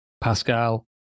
Pascal